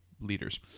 leaders